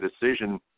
decision